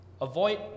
avoid